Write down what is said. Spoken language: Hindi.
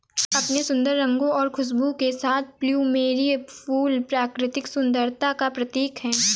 अपने सुंदर रंगों और खुशबू के साथ प्लूमेरिअ फूल प्राकृतिक सुंदरता का प्रतीक है